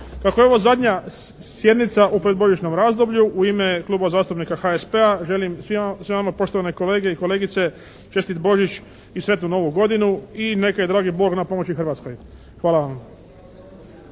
Kako je ovo zadnja sjednica u predbožićnom razdoblju u ime Kluba zastupnika HSP-a želim svima vama poštovane kolege i kolegice čestiti Božić i sretnu Novu godinu i neka je dragi Bog na pomoći Hrvatskoj. Hvala vam.